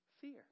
fear